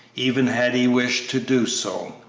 even had he wished to do so.